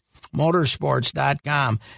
Motorsports.com